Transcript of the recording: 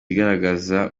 igaragaza